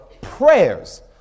prayers